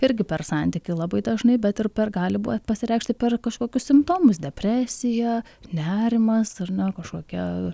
irgi per santykį labai dažnai bet ir per gali pasireikšti per kažkokius simptomus depresija nerimas ar na kažkokia